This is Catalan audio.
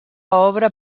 obra